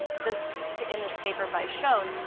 this in this paper by schon,